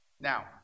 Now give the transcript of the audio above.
Now